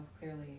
clearly